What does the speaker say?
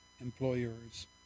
employers